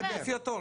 לפי התור.